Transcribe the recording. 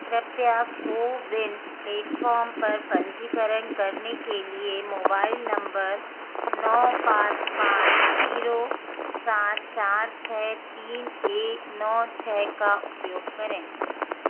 कृपया कोविन प्लेटफ़ॉर्म पर पंजीकरण करने के लिए मोबाइल नम्बर नौ पाँच पाँच जीरो सात चार छः तीन एक नौ छः का उपयोग करें